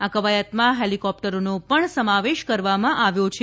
આ કવાયતમાં હેલિકોપ્ટરોનો પણ સમાવેશ કરવામાં આવ્યો છે